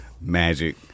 Magic